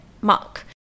mark